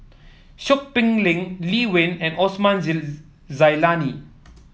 Seow Peck Leng Lee Wen and Osman Zailani